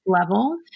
level